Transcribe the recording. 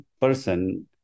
person